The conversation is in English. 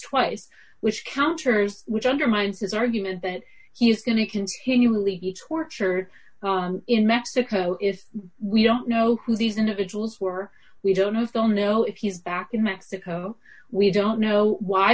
twice which counters which undermines his argument that he's going to continually be tortured in mexico if we don't know who these individuals were we don't know if they'll know if he's back in mexico we don't know why